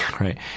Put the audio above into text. Right